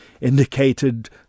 indicated